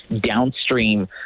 downstream